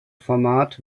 format